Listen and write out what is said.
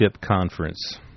Conference